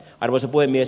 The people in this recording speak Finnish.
arvoisa puhemies